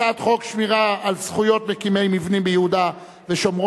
הצעת חוק שמירה על זכויות מקימי מבנים ביהודה והשומרון,